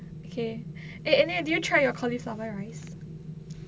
okay eh என்னா:ennaa did you try your cauliflower rice